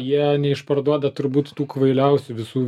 jie neišparduoda turbūt tų kvailiausių visų